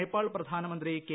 നേപ്പാൾ പ്രധാനമന്ത്രി കെ